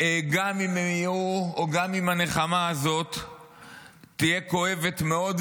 גם אם הנחמה הזאת תהיה כואבת מאוד,